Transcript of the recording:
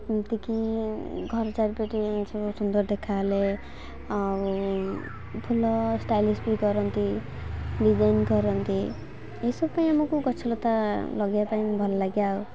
ଏମିତିକି ଘର ଚାରିପାଟି ସବୁ ସୁନ୍ଦର ଦେଖା ହେଲେ ଆଉ ଫୁଲ ଷ୍ଟାଇଲିସ୍ ବି କରନ୍ତି ଡିଜାଇନ୍ କରନ୍ତି ଏସବୁ ପାଇଁ ଆମକୁ ଗଛଲତା ଲଗାଇବା ପାଇଁ ଭଲ ଲାଗେ ଆଉ